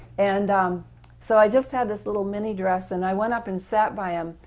and um so i just had this little mini-dress and i went up and sat by him.